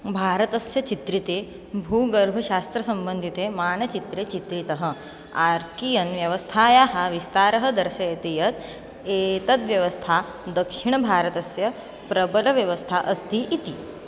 भारतस्य चित्रिते भूगर्भशास्त्रसम्बन्धिते मानचित्रे चित्रितः आर्कियन् व्यवस्थायाः विस्तारं दर्शयति यत् एतद्व्यवस्था दक्षिणभारतस्य प्रबलव्यवस्था अस्ति इति